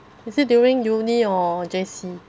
is it during uni or J_C